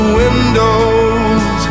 windows